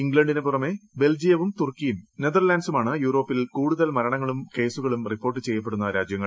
ഇംഗ്ലണ്ടിന് പുറമേ ബെൽജിയവും തുർക്കിയും നെതർലാൻഡ്സും ആണ് യൂറോപ്പിൽ കൂടുതൽ മരണങ്ങളും കേസുകളും റിപ്പോർട്ട് ചെയ്യപ്പെടുന്ന രാജ്യങ്ങൾ